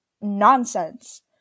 nonsense